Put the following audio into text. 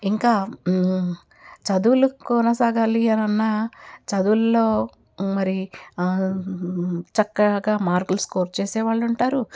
ఇంకా చదువులకి కొనసాగాలి అని అన్నా చదువులలో మరి చక్కగా మార్పులు స్కోర్ చేసే వాళ్ళు ఉంటారు